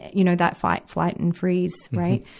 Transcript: you know, that fight, flight, and freeze, right.